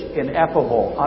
ineffable